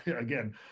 again